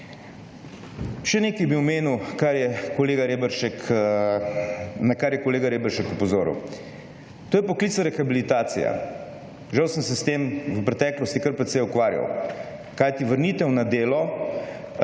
Še nekaj bi omenil, na kar je kolega Reberšek opozoril. To je poklicna rehabilitacija. Žal sem se s tem v preteklosti kar precej ukvarjal. Kajti, vrnitev na delo